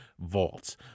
vaults